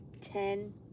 ten